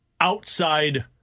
outside